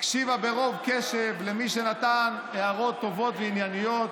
הקשיבה ברוב קשב למי שנתן הערות טובות וענייניות,